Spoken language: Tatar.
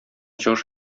чыгыш